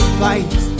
fight